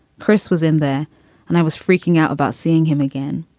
chris was in there and i was freaking out about seeing him again.